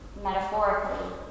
metaphorically